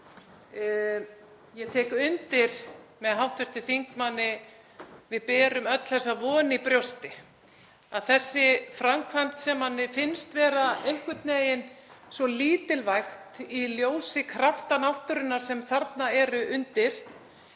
Ég tek undir með hv. þingmanni. Við berum öll þá von í brjósti að þessi framkvæmd, sem manni finnst vera einhvern veginn svo lítilvæg í ljósi krafta náttúrunnar sem þarna eru undir